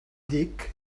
dic